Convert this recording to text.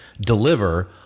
deliver